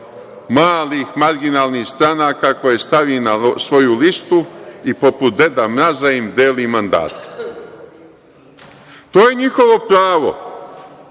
malih, marginalnih stranaka koje stavi na svoju listu i poput Deda Mraza im deli mandate. To je njihovo pravo,